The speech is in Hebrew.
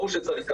ברור שצריך גם,